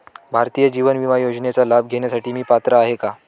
भारतीय जीवन विमा योजनेचा लाभ घेण्यासाठी मी पात्र आहे का?